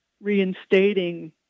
reinstating